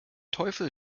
teufel